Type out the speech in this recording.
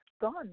gone